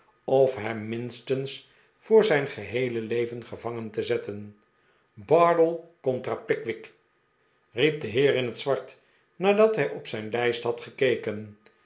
of hem minstens voor zijn geheele leven gevangen te zetten bardeli contra pickwick riep de heer in het zwart nadat hij op zijn lijst had gekeken